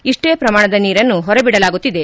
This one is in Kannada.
ಇಷ್ಟೇ ಪ್ರಮಾಣದ ನೀರನ್ನು ಹೊರಬಿಡಲಾಗುತ್ತಿದೆ